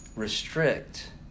Restrict